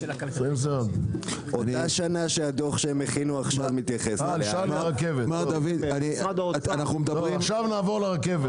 2021. עכשיו נעבור לרכבת.